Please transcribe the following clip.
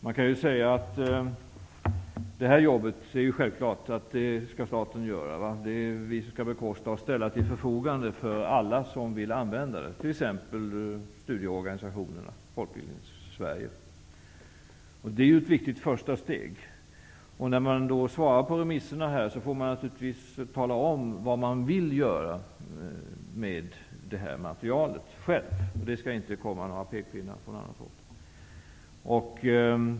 Man kan ju säga att det är självklart att staten skall göra det jobbet, att det är vi som skall bekosta arbetet och ställa medel till förfogande för alla som vill ha sådana, t.ex. studieorganisationerna och Folkbildningssverige i allmänhet. Det är ju ett viktigt första steg. När man svarar på remisserna får man naturligtvis själv tala om vad man vill göra med materialet; det skall inte komma några pekpinnar från annat håll.